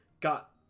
got